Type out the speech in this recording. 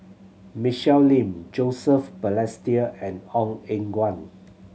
Michelle Lim Joseph Balestier and Ong Eng Guan